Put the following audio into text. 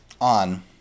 on